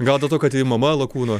gal dėl to kad ji mama lakūno